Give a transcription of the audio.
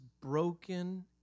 broken